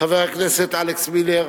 חבר הכנסת אלכס מילר,